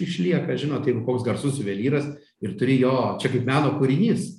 išlieka žinot jeigu koks garsus juvelyras ir turi jo čia kaip meno kūrinys